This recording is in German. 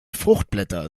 fruchtblätter